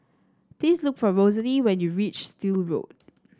please look for Rosalee when you reach Still Road